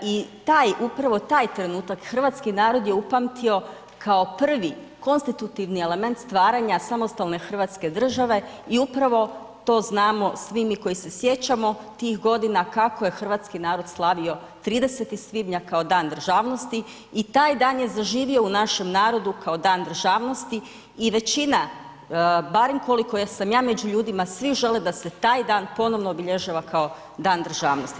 I taj, upravo taj trenutak hrvatski narod je upamtio kao prvi konstitutivni element stvaranja samostalne Hrvatske države i upravo to znamo svi mi koji se sjećamo tih godina kako je hrvatski narod slavio 30. svibnja kao Dan državnosti i taj dan je zaživio u našem narodu kao Dan državnosti i većina, barem koliko sam ja među ljudima svi žele da se taj dan ponovno obilježava kao Dan državnosti.